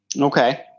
Okay